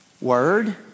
word